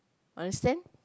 understand